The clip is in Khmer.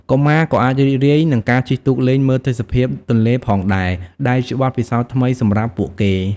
កុមារក៏អាចរីករាយនឹងការជិះទូកលេងមើលទិដ្ឋភាពទន្លេផងដែរ ដែលជាបទពិសោធន៍ថ្មីសម្រាប់ពួកគេ។